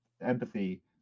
empathy